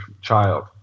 child